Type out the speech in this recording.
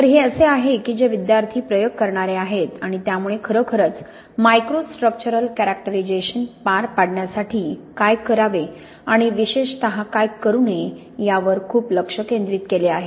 तर हे असे आहे की जे विद्यार्थी प्रयोग करणारे आहेत आणि त्यामुळे खरोखरच मायक्रोस्ट्रक्चरल कॅरेक्टरीझेशन पार पाडण्यासाठी काय करावे आणि विशेषत काय करू नये यावर खूप लक्ष केंद्रित केले आहे